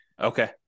Okay